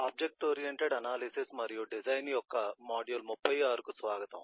object oriented analysis మరియు design యొక్క module 36 కు స్వాగతం